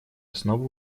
основы